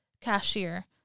Cashier